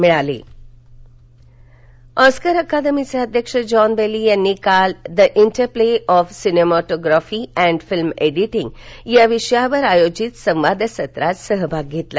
परिसंवाद ऑस्कर अकादमीचे अध्यक्ष जॉन बेली यांनी काल the interplay of cinematography and film editing या विषयावर आयोजित संवादसत्रात सहभाग घेतला